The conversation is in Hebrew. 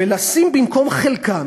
ולשים במקום חלקם,